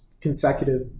consecutive